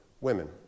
women